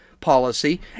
policy